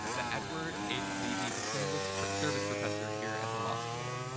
the edward h. levi distinguished service professor here at the law school.